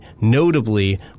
notably